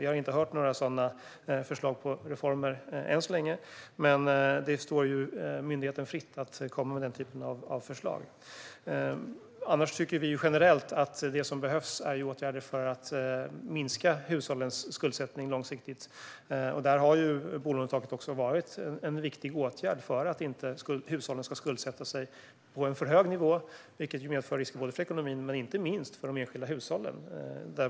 Vi har inte hört några sådana förslag på reformer än så länge, men det står myndigheten fritt att komma med den typen av förslag. Annars tycker vi generellt att det som behövs är åtgärder för att minska hushållens skuldsättning långsiktigt. Där har bolånetaket varit en viktig åtgärd för att inte hushållen ska skuldsätta sig på en alltför hög nivå, vilket medför risker både för ekonomin och, inte minst, för de enskilda hushållen.